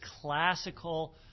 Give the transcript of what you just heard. classical